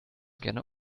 gerne